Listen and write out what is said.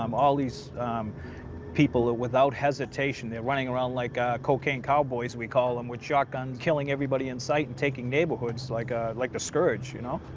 um all these people are without hesitation. they're running around like ah cocaine cowboys, we call them, with shotguns, killing everybody in sight and taking neighborhoods like ah like the scourge, you know?